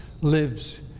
lives